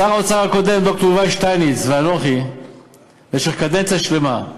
שר האוצר הקודם ד"ר יובל שטייניץ ואנוכי במשך קדנציה שלמה,